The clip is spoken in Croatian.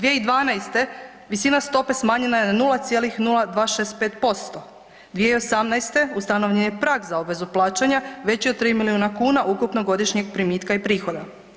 2012. visina stope smanjena je na 0,0265%, 2018. ustanovljen je prag za obvezu plaćanja veći od 3 milijuna kuna ukupnog godišnjeg primitka i prihoda.